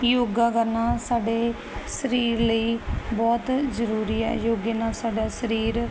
ਯੋਗਾ ਕਰਨਾ ਸਾਡੇ ਸਰੀਰ ਲਈ ਬਹੁਤ ਜ਼ਰੂਰੀ ਹੈ ਯੋਗੇ ਨਾਲ ਸਾਡਾ ਸਰੀਰ